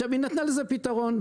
היא נתנה לזה פתרון,